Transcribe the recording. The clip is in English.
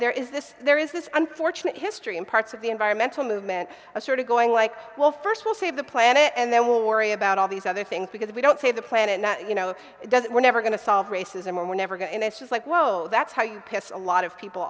there is this there is this unfortunate history in parts of the environmental movement of sort of going like well first we'll save the planet and then we'll worry about all these other things because we don't save the planet you know it doesn't we're never going to solve racism and we're never going to it's just like whoa that's how you kiss a lot of people